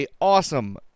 awesome